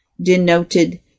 denoted